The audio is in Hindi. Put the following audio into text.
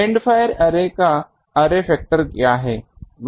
एंड फायर अर्रे का अर्रे फैक्टर क्या है